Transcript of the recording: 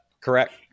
correct